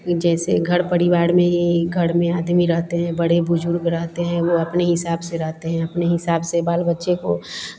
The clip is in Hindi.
जैसे घर परिवार में ही घर में आदमी रहते हैं बड़े बुज़ुर्ग रहते हैं वो अपने हिसाब से रहते हैं अपने हिसाब से बाल बच्चे को